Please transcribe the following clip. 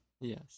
yes